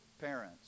parents